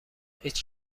هیچ